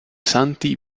santi